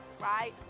right